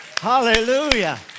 hallelujah